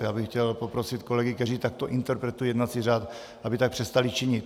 Já bych chtěl poprosit kolegy, kteří takto interpretují jednací řád, aby tak přestali činit.